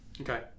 okay